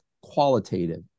qualitative